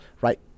right